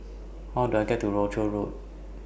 How Do I get to Rochor Road